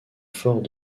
fort